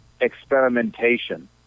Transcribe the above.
experimentation